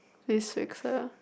this week the